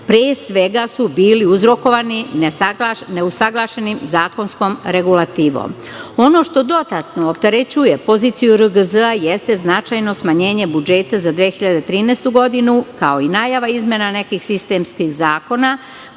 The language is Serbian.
pre svega, su bili uzrokovani neusaglašenom zakonskom regulativom. Ono što dodatno opterećuje poziciju RGZ jeste značajno smanjenje budžeta za 2013. godinu, kao i najava izmena nekih sistemskih zakona,